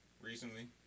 recently